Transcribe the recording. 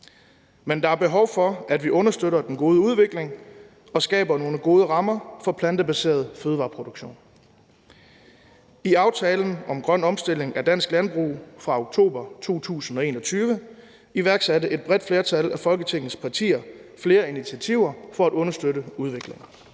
Men der er behov for, at vi understøtter den gode udvikling og skaber nogle gode rammer for plantebaseret fødevareproduktion. I aftalen om grøn omstilling af dansk landbrug fra oktober 2021 iværksatte et bredt flertal af Folketingets partier flere initiativer for at understøtte udviklingen.